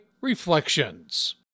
Reflections